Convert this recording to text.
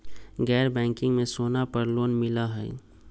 गैर बैंकिंग में सोना पर लोन मिलहई?